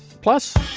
plus